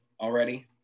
already